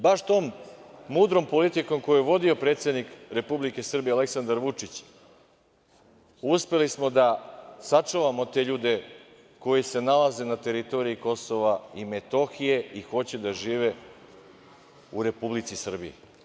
Baš tom mudrom politikom koju je vodio predsednik Srbije Aleksandar Vučić uspeli smo da sačuvamo te ljudi koji se nalaze na teritoriji Kosova i Metohije i koji hoće da žive u Republici Srbiji.